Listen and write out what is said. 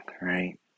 right